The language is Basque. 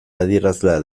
adierazlea